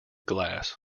glass